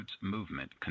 movement